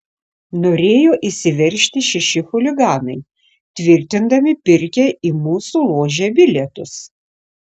norėjo įsiveržti šeši chuliganai tvirtindami pirkę į mūsų ložę bilietus